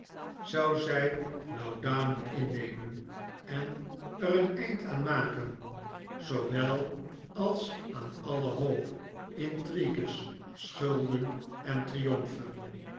zou zij laudanum innemen en er een eind aan maken zoowel als aan alle hoop intrigues schulden en triomfen